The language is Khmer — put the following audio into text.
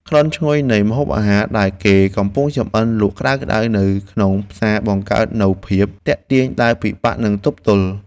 ក្លិនឈ្ងុយនៃម្ហូបអាហារដែលគេកំពុងចម្អិនលក់ក្តៅៗនៅក្នុងផ្សារបង្កើតនូវភាពទាក់ទាញដែលពិបាកនឹងទប់ទល់។